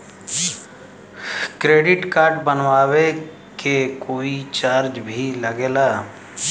Credit card बनवावे के कोई चार्ज भी लागेला?